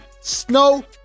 Snow